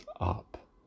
up